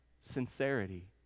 Sincerity